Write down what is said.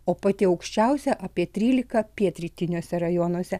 o pati aukščiausia apie trylika pietrytiniuose rajonuose